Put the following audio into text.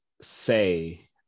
say